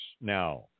now